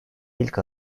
ilk